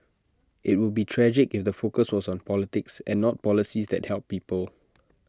IT would be tragic if the focus was on politics and not policies that help people